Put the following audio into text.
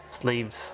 sleeves